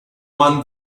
one